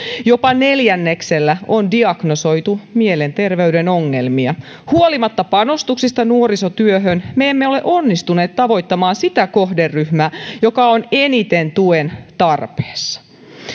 jopa neljänneksellä on diagnosoitu mielenterveyden ongelmia huolimatta panostuksista nuorisotyöhön me emme ole onnistuneet tavoittamaan sitä kohderyhmää joka on eniten tuen tarpeessa